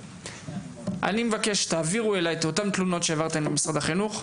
אני מבקש שתעבירו אליי את אותן התלונות שהעברתם למשרד החינוך,